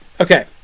Okay